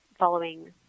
following